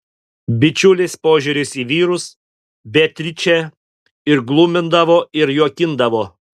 bičiulės požiūris į vyrus beatričę ir glumindavo ir juokindavo